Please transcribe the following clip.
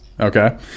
Okay